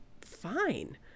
fine